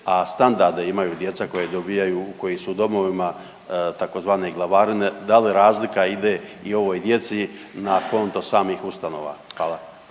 a standarde imaju djeca koja dobijaju, koji su u domovima tzv. glavarine, da li razlika ide i ovoj djeci na konto samih ustanova, hvala.